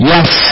Yes